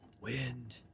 wind